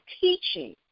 teaching